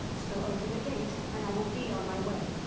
so open the gate. and i will be on my way.